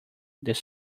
this